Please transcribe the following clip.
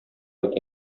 бит